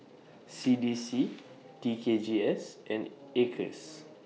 C D C T K G S and Acres